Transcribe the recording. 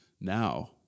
Now